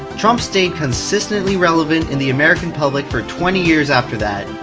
trump stayed consistently relevant in the american public for twenty years after that.